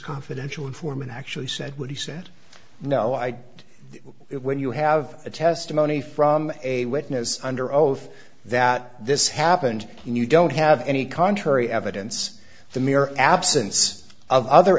confidential informant actually said what he said no i did it when you have a testimony from a witness under oath that this happened and you don't have any contrary evidence the mere absence of other